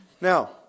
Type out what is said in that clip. Now